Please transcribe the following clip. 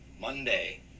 Monday